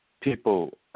people